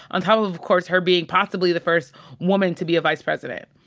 on top of, of course, her being possibly the first woman to be a vice president.